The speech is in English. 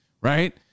Right